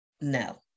No